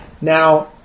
Now